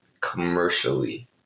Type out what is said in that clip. commercially